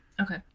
Okay